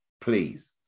please